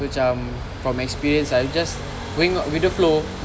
so cam from my experience I'm just going out with the flow